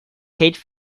kate